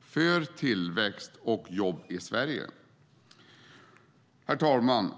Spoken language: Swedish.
för tillväxt och jobb i Sverige. Herr talman!